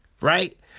right